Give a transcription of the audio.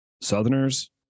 Southerners